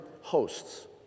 hosts